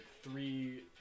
Three